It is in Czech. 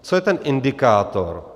Co je ten indikátor?